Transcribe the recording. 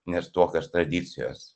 nes tuokios tradicijos